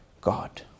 god